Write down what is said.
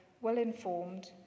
well-informed